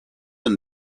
and